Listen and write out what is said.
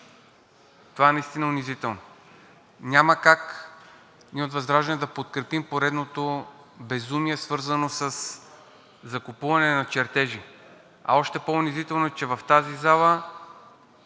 Това е наистина унизително. Няма как ние от ВЪЗРАЖДАНЕ да подкрепим поредното безумие, свързано с закупуване на чертежи, а още по-унизително е, че в тази зала